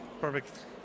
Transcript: perfect